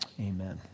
Amen